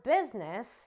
business